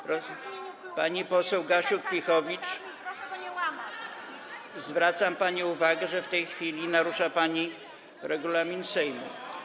Pani poseł Gasiuk-Pihowicz, zwracam pani uwagę, że w tej chwili narusza pani regulamin Sejmu.